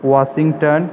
Washington